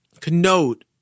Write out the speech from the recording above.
connote